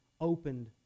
opened